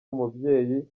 umubyeyi